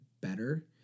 better